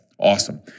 Awesome